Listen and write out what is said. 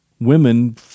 women